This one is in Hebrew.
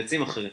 לעצים אחרים.